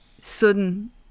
sudden